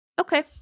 Okay